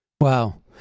Wow